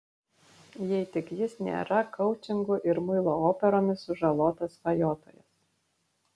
jei tik jis nėra koučingu ir muilo operomis sužalotas svajotojas